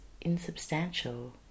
insubstantial